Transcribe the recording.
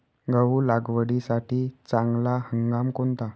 गहू लागवडीसाठी चांगला हंगाम कोणता?